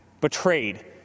betrayed